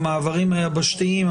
המעברים היבשתיים,